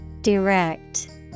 Direct